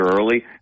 early